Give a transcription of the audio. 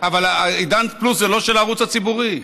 אבל עידן פלוס זה לא של הערוץ הציבורי.